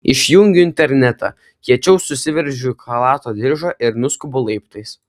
išjungiu internetą kiečiau susiveržiu chalato diržą ir nuskubu laiptais